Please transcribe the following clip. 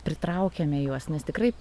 pritraukiame juos nes tikrai